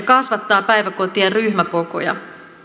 kasvattaa päiväkotien ryhmäkokoja